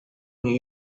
new